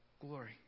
glory